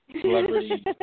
Celebrity